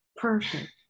perfect